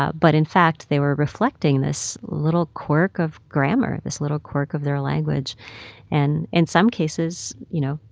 ah but, in fact, they were reflecting this little quirk of grammar, this little quirk of their language and in some cases, you know,